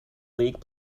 league